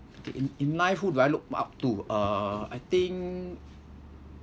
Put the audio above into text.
okay in in life who do I look up to uh I think